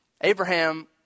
Abraham